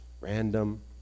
random